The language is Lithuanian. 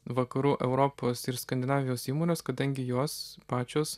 vakarų europos ir skandinavijos įmonės kadangi jos pačios